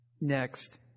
Next